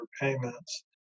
payments